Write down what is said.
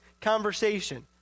conversation